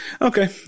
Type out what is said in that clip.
okay